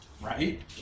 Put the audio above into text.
Right